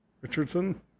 Richardson